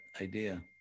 idea